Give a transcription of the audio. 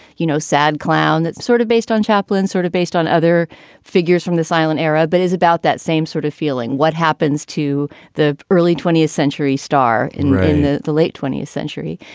you know, sad clown, that sort of based on chaplin, sort of based on other figures from the silent era. but is about that same sort of feeling what happens to the early twentieth century star in the the late twentieth century?